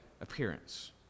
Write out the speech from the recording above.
appearance